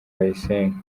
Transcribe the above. bayisenge